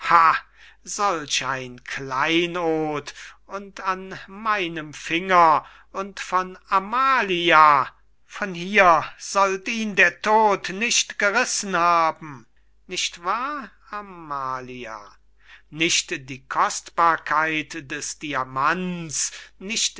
solch ein kleinod und an meinem finger und von amalia von hier sollt ihn der tod nicht gerissen haben nicht wahr amalia nicht die kostbarkeit des diamants nicht